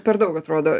per daug atrodo